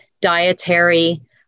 dietary